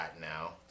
now